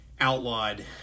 outlawed